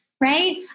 right